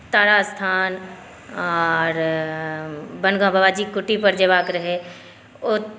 तारास्थान आर वनगांव बाबाजीकेँ कुटी पर जयबाक रहै ओ